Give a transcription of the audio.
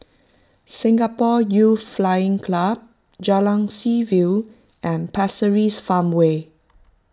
Singapore Youth Flying Club Jalan Seaview and Pasir Ris Farmway